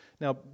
Now